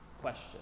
question